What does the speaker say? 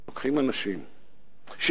לוקחים אנשים שעבדו,